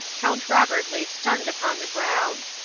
count robert lay stunned upon the ground.